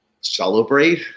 celebrate